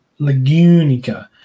Lagunica